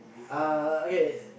uh okay